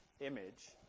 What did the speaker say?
image